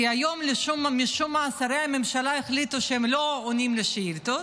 כי היום משום מה שרי הממשלה החליטו שהם לא עונים לשאילתות,